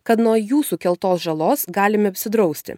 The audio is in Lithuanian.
kad nuo jų sukeltos žalos galime apsidrausti